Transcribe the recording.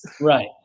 Right